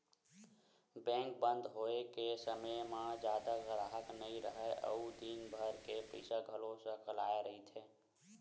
bank बंद होए के समे म जादा गराहक नइ राहय अउ दिनभर के पइसा घलो सकलाए रहिथे